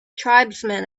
tribesmen